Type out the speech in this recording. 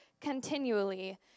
continually